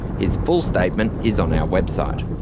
his full statement is on our website.